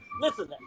Listen